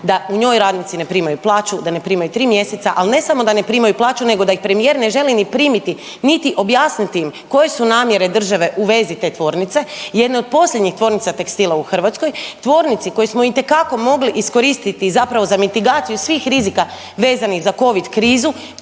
da u njoj radnici ne primaju plaću, da ne primaju 3 mjeseca, al ne samo da ne primaju plaću nego da ih premijer ne želi ni primiti, niti objasniti im koje su namjere države u vezi te tvornice. Jedne od posljednjih tvornica tekstila u Hrvatskoj, tvornici koju smo itekako mogli iskoristiti zapravo za mitigaciju svih rizika vezanih za Covid krizu,